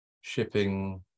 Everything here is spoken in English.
shipping